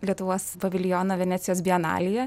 lietuvos paviljoną venecijos bienalėje